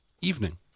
Evening